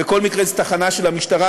בכל מקרה זו תחנה של המשטרה.